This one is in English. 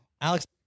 Alex